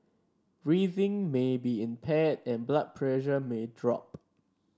breathing may be impaired and blood pressure may drop